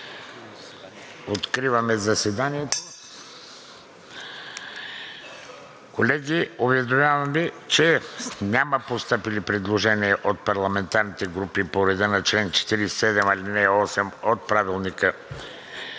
Откривам заседанието. (Звъни.) Колеги, уведомявам Ви, че няма постъпили предложения от парламентарните групи по реда на чл. 47, ал. 8 от Правилника за